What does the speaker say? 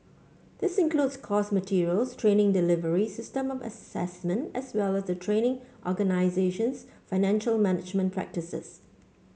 this includes course materials training delivery system of assessment as well as the training organisation's financial management practices